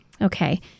okay